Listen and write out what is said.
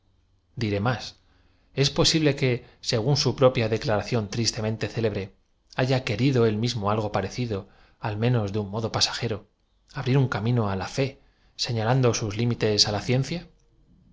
iré más ee pobible que según su propia declaración tristemente célebre haya querido él mismo algo parecido al me nos de un modo pasajeroy abrir un camino á la fe señalando sus limites á la ciencia